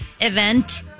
event